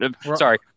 Sorry